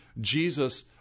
Jesus